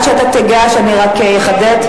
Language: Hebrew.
אני רק אחדד,